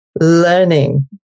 learning